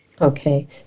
okay